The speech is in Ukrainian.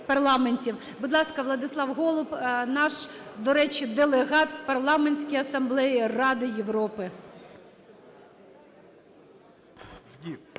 Будь ласка, Владислав Голуб, наш, до речі, делегат в Парламентській асамблеї Ради Європи.